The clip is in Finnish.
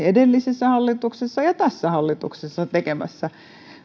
edellisessä hallituksessa että tässä hallituksessa tekemässä